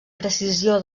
precisió